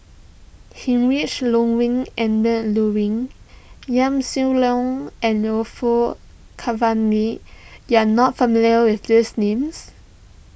Heinrich Ludwig Emil Luering Yaw Shin Leong and Orfeur Cavenagh you are not familiar with these names